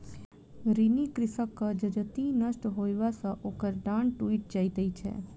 ऋणी कृषकक जजति नष्ट होयबा सॅ ओकर डाँड़ टुइट जाइत छै